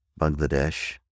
Bangladesh